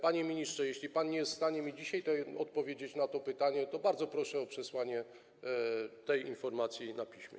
Panie ministrze, jeśli pan nie jest w stanie dzisiaj odpowiedzieć na to pytanie, to bardzo proszę o przesłanie tej informacji na piśmie.